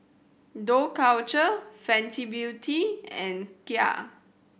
Dough Culture Fenty Beauty and Kia